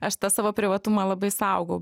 aš tą savo privatumą labai saugau